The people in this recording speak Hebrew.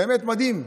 באמת מדהים,